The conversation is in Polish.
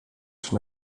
czy